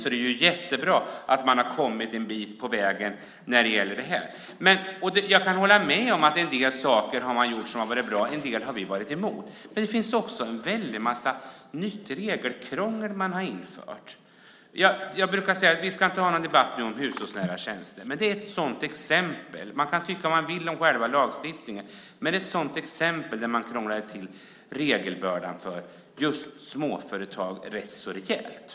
Det är jättebra att man har kommit en bit på vägen när det gäller det här. Jag kan hålla med om att ni har gjort en del saker som har varit bra, och en del har vi varit emot. Men det finns också en väldig massa nytt regelkrångel som ni har infört. Vi ska inte föra någon debatt om hushållsnära tjänster nu. Men det är ett sådant exempel. Man kan tycka vad man vill om själva lagstiftningen, men detta är ett exempel på att man krånglar till regelbördan för just småföretag rätt så rejält.